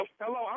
Hello